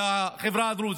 לחברה הדרוזית.